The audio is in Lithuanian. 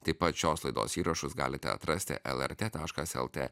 taip pat šios laidos įrašus galite atrasti lrt taškas lt